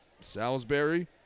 Salisbury